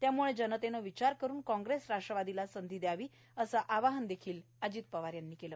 त्याम्ळं जनतेनं विचार करून काँग्रेस राष्ट्रवादीला संधी द्यावी असं आवाहन देखील अजित वार यांनी केलं